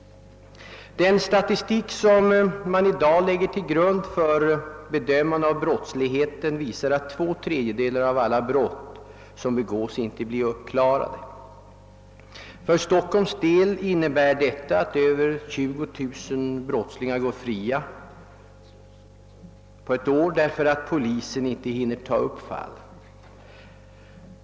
Den statistik som i dag läggs till grund för bedömandet av brottsligheten visar att två tredjedelar av alla brott inte blir uppklarade. För Stockholms del innebär detta att årligen över 20 000 brottslingar går fria därför att polisen inte hinner ta upp fallen.